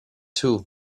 too